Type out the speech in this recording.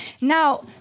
Now